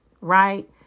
right